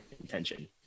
intention